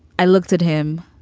i looked at him.